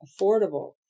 affordable